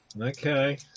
Okay